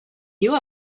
you